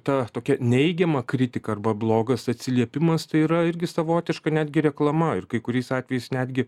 ta tokia neigiama kritika arba blogas atsiliepimas tai yra irgi savotiška netgi reklama ir kai kuriais atvejais netgi